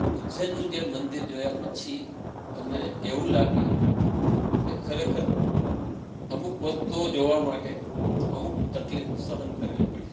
ઉજ્જૈનનું જે મંદિર જોયા પછી અમને એવું લાગ્યું કે ખરેખર અમુક વસ્તુઓ જોવા માટે અમુક તકલીફો સહન કરવી પડે